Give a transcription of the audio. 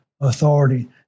authority